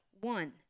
One